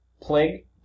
Plague